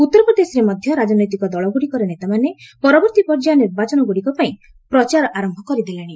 ଉତ୍ତରପ୍ରଦେଶରେ ମଧ୍ୟ ରାଜନୈତିକ ଦଳଗୁଡ଼ିକର ନେତାମାନେ ପରବର୍ତ୍ତୀ ପର୍ଯ୍ୟାୟ ନିର୍ବାଚନଗୁଡ଼ିକ ପାଇଁ ପ୍ରଚାର ଆରମ୍ଭ କରିଦେଲେଣି